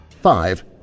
Five